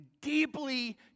deeply